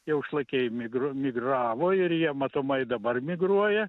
jau šlakiai migru migravo ir jie matomai dabar migruoja